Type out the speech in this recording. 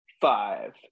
five